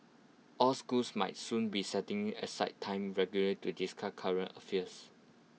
all schools might soon be setting aside time regularly to discard current affairs